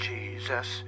Jesus